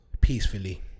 peacefully